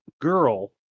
girl